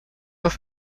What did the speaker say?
off